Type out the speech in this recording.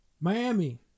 Miami